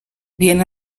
bien